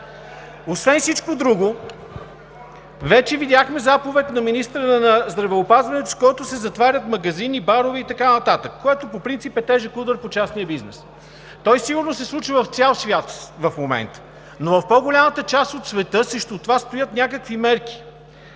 Освен всичко друго, вече видяхме заповед на министъра на здравеопазването, с която се затварят магазини, барове и така нататък, което по принцип е тежък удар по частния бизнес. Той сигурно се случва в цял свят в момента, но в по-голямата част от света срещу това стоят някакви мерки,